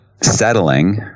settling